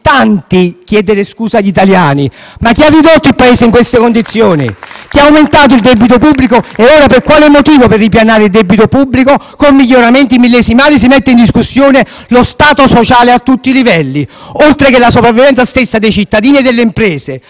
tanti chiedere scusa agli italiani. *(Applausi dal Gruppo M5S)*. Ma chi ha ridotto il Paese in queste condizioni? Chi ha aumentato il debito pubblico? Ora per quale motivo per ripianare debito pubblico, con miglioramenti millesimali, si mette in discussione lo Stato sociale a tutti i livelli, oltre che la sopravvivenza stessa dei cittadini e delle imprese?